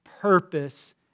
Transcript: purpose